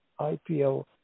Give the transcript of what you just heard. IPL